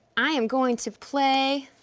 i am going to play